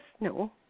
No